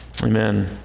Amen